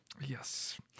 Yes